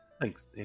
Thanks